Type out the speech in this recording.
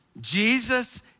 Jesus